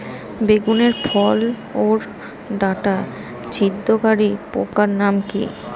বেগুনের ফল ওর ডাটা ছিদ্রকারী পোকার নাম কি?